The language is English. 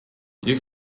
you